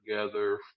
together